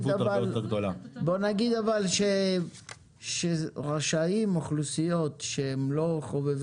בוא נגיד שרשאיות אוכלוסיות שהן לא חובבות